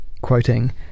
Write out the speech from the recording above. quoting